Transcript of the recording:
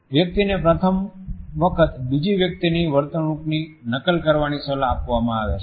વ્યક્તિને પ્રથમ વખત બીજી વ્યક્તિની વર્તણૂકની નકલ કરવાની સલાહ આપવામાં આવે છે